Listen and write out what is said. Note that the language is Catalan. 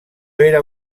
era